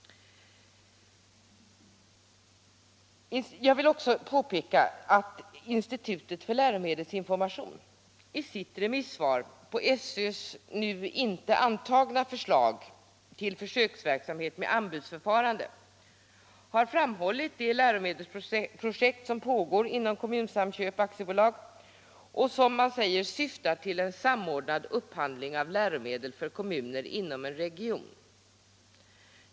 Jag vill också påpeka att institutet för läromedelsinformation i sitt remissyttrande över SÖ:s nu inte antagna förslag till försöksverksamhet med anbudsförfarande har framhållit det läromedelsprojekt som pågår inom Kommunsamköp AB och som sägs syfta till en samordnad upphandling av läromedel för kommuner inom en region.